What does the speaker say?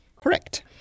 Correct